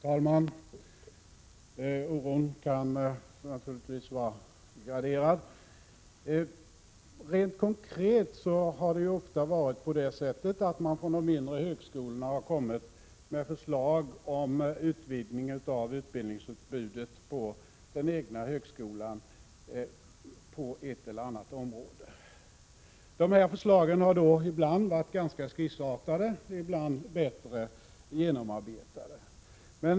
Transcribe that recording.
Herr talman! Oron kan naturligtvis vara graderad. Rent konkret har det ofta varit på det sättet, att man från de mindre högskolorna kommit med förslag om utvidgning av utbildningsutbudet på ett eller annat område inom den egna högskolan. De här förslagen har ibland varit ganska skissartade, ibland bätte genomarbetade.